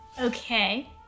Okay